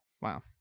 wow